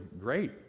Great